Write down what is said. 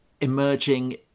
emerging